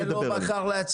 וזה הרווחיות שלהם.